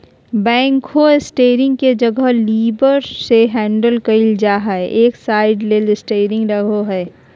backhoe steering के जगह levers से हैंडल कइल जा हइ, एक साइड ले स्टेयरिंग रहो हइ